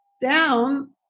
down